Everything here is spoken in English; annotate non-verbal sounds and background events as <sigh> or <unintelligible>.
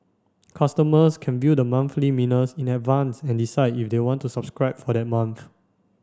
customers can view the monthly <unintelligible> in advance and decide if they want to subscribe for that month